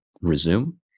resume